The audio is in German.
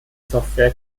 software